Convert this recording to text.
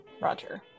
Roger